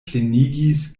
plenigis